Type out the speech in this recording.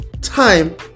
time